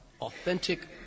authentic